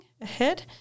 ahead